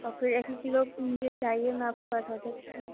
تو پھر ایک ایک کلو مجھے چاہیے میں آپ کے پاس آ جاتی ہوں